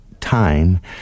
time